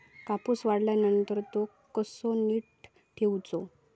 कापूस काढल्यानंतर तो कसो नीट ठेवूचो?